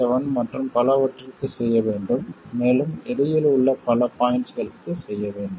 7 மற்றும் பலவற்றிற்கு செய்ய வேண்டும் மேலும் இடையில் உள்ள பல பாய்ண்ட்ஸ்களுக்கு செய்ய வேண்டும்